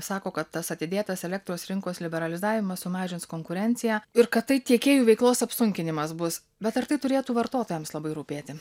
sako kad tas atidėtas elektros rinkos liberalizavimas sumažins konkurenciją ir kad tai tiekėjų veiklos apsunkinimas bus bet ar tai turėtų vartotojams labai rūpėti